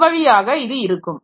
இவ்வழியாக இது இருக்கும்